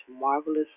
marvelous